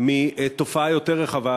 מתופעה יותר רחבה,